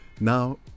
Now